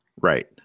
Right